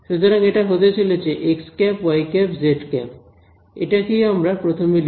সুতরাং এটা হতে চলেছে xˆ yˆ zˆ এটাকেই আমরা প্রথমে লিখব